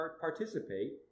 participate